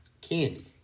candy